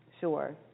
Sure